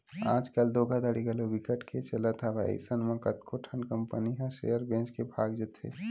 आज कल धोखाघड़ी घलो बिकट के चलत हवय अइसन म कतको ठन कंपनी ह सेयर बेच के भगा जाथे